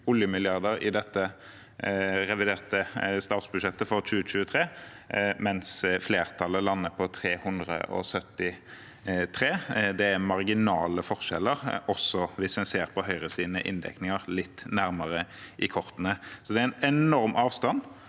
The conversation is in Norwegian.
oljemilliarder i det reviderte nasjonalbudsjettet for 2023, mens flertallet lander på 373. Det er marginale forskjeller, også hvis en ser Høyres inndekninger litt nærmere i kortene. Så det er en enorm avstand,